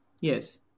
Yes